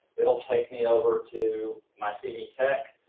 it'll take me over to my cdtech.